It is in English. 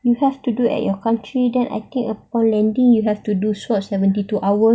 you have to do at your country then I think upon landing you have to do swab seventy two hours